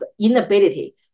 inability